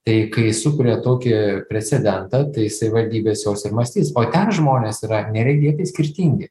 tai kai sukuria tokį precedentą tai savivaldybės jos ir mąstys o ten žmonės yra neregėtai skirtingi